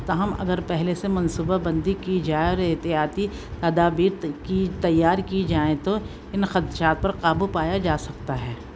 تاہم اگر پہلے سے منصوبہ بندی کی جائے اور احتیاطی تدابیر کی تیار کی جائیں تو ان خدشات پر قابو پایا جا سکتا ہے